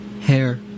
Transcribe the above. hair